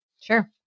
Sure